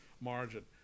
margin